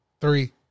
Three